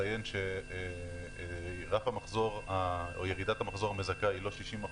נציין שירידת המחזור המזכה היא לא 60%,